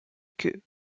queue